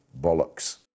bollocks